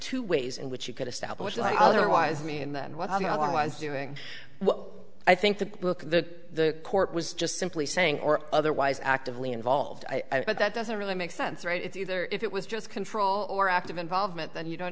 two ways in which you could establish like otherwise me and then what i was doing i think the book the court was just simply saying or otherwise actively involved i but that doesn't really make sense right it's either if it was just control or active involvement then you don't